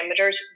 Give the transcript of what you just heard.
parameters